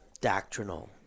doctrinal